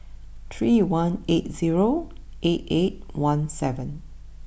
three one eight zero eight eight one seven